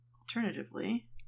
alternatively